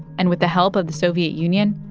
and with the help of the soviet union,